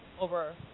over